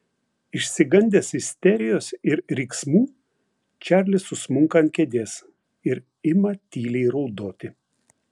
išsigandęs isterijos ir riksmų čarlis susmunka ant kėdės ir ima tyliai raudoti